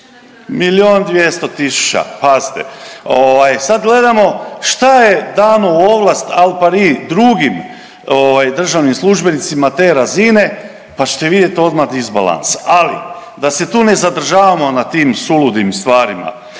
Milijun i 200 tisuća, pazite. Sad gledamo šta je dano u ovlast al pari drugim državnim službenicima te razine pa ćete vidjeti odmah disbalans, ali da se tu ne zadržavamo na tim suludim stvarima